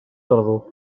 tardor